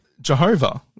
Jehovah